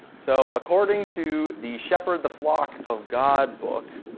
so according to the shepard the flock of god book